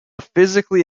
physically